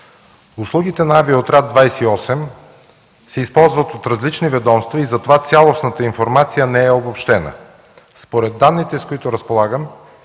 Услугите на „Авиоотряд 28” се използват от различни ведомства и затова цялостната информация не е обобщена. Според данните, с които разполагам,